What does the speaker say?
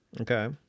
Okay